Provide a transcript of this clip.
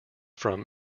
from